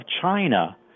China